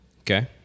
Okay